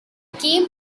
came